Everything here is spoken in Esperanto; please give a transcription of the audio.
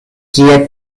kie